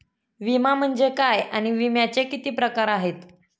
विमा म्हणजे काय आणि विम्याचे किती प्रकार आहेत?